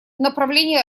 направлении